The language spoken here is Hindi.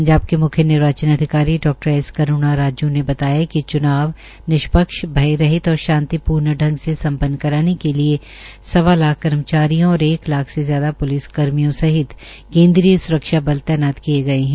पंजाब के मुख्य निर्वाचन अधिकारी डा एस करूणा राजू ने बताया कि च्नाव निष्पक्ष भय रहित और शांतिपूर्ण पंग से सम्मन्न कराने के लिये सवा लाख कर्मचारियों और एक लाख से ज्यादा प्लिस कर्मियों सहित स्रक्षा बल तैनात किये गये है